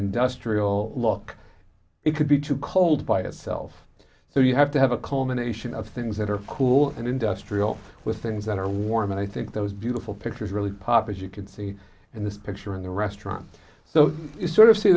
industrial look it could be too cold by itself so you have to have a combination of things that are cool and industrial with things that are warm and i think that was beautiful pictures really poppies you could see in this picture in the restaurant so you sort of see